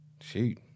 Shoot